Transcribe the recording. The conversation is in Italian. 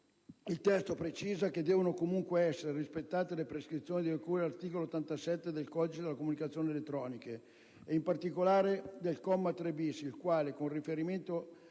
il testo precisa che devono essere comunque rispettate le prescrizioni di cui all'articolo 87 del codice delle comunicazioni elettroniche e in particolare del comma 3-*bis* il quale, con riferimento